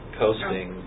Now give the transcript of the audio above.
coasting